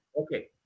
Okay